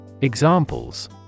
Examples